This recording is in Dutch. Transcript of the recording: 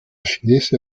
chinese